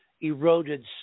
eroded